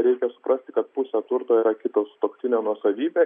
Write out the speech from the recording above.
reikia suprasti kad pusė turto yra kito sutuoktinio nuosavybė